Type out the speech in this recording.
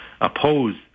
oppose